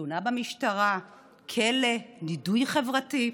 תלונה במשטרה, כלא, נידוי חברתי.